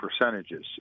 percentages